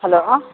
hello